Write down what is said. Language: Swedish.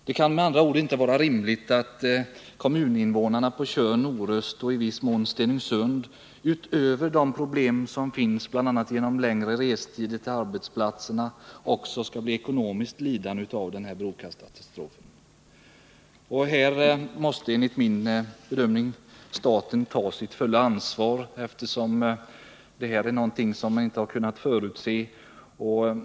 Det kan med andra ord inte vara rimligt att kommuninvånarna på Tjörn och Orust och i viss mån i Stenungsund, utöver de problem som har uppstått bl.a. genom längre restider till arbetsplatserna, också skall bli ekonomiskt lidande av brokatastrofen. Här måste enligt min bedömning staten ta sitt fulla ansvar, eftersom detta är någonting som inte har kunnat förutses.